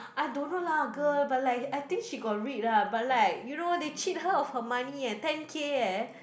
I don't know lah girl but like I think she got read lah but like you know they cheat her of her money eh ten K eh